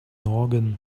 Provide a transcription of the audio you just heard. organ